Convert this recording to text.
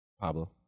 Pablo